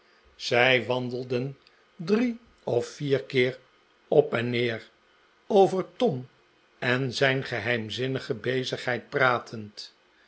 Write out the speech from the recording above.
zij wandelden drie of vier keer op en neer over tom en zijn geheimzinnige bezigheid pratend